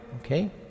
okay